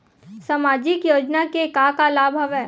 सामाजिक योजना के का का लाभ हवय?